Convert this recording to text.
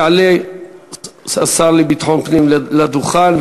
יעלה השר לביטחון הפנים לדוכן,